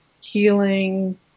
healing